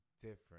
different